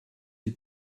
die